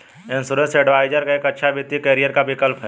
insurance adviser एक अच्छा वित्तीय करियर का विकल्प है